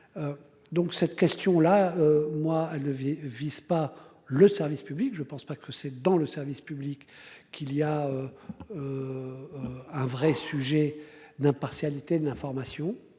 Donc cette question-là moi à vise pas le service public je pense pas que c'est dans le service public qu'il y a. Ah. Un vrai sujet d'impartialité, d'informations,